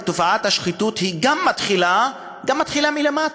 תופעת השחיתות גם מתחילה מלמטה,